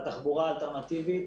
בתחבורה האלטרנטיבית